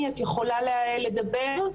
את יכולה לדבר?